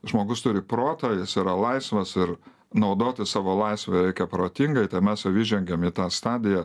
žmogus turi proto jis yra laisvas ir naudotis savo laisve reikia protingai tai mes jau įžengiam į tą stadiją